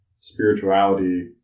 Spirituality